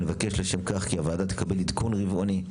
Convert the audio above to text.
נבקש לשם כך כי הוועדה תקבל עדכון רבעוני,